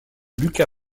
luca